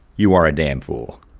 you are a damn fool.